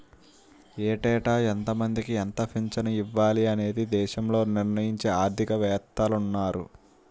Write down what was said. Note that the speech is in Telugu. ఏటేటా ఎంతమందికి ఎంత పింఛను ఇవ్వాలి అనేది దేశంలో నిర్ణయించే ఆర్థిక వేత్తలున్నారు